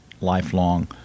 lifelong